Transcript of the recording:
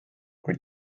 kui